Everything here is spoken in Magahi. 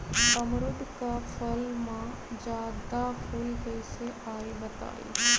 अमरुद क फल म जादा फूल कईसे आई बताई?